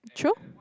true